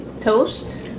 Toast